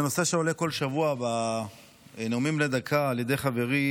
זה נושא שעולה כל שבוע בנאומים בני דקה על ידי חברי